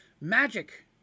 Magic